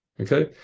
Okay